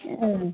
ओ